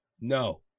no